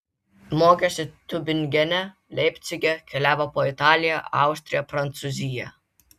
mokėsi tiubingene leipcige keliavo po italiją austriją prancūziją